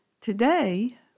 today